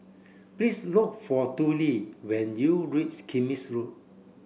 please look for Tollie when you reach Kismis Road